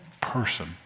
person